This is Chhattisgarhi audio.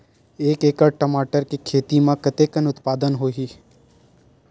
एक एकड़ टमाटर के खेती म कतेकन उत्पादन होही?